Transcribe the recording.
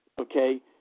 Okay